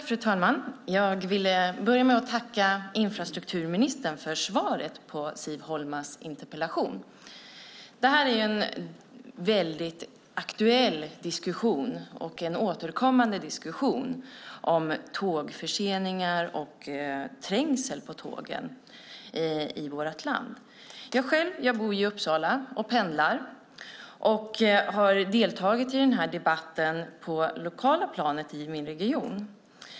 Fru talman! Jag vill börja med att tacka infrastrukturministern för svaret på Siv Holmas interpellation. Det här är en väldigt aktuell diskussion, och en återkommande diskussion, om tågförseningar och trängsel på tågen i vårt land. Jag bor i Uppsala och pendlar, och jag har deltagit i denna debatt på det lokala planet i min region.